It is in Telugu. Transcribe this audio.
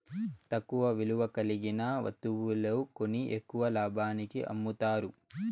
తక్కువ విలువ కలిగిన వత్తువులు కొని ఎక్కువ లాభానికి అమ్ముతారు